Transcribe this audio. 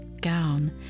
gown